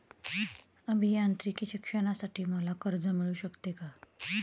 अभियांत्रिकी शिक्षणासाठी मला कर्ज मिळू शकते का?